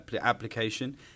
application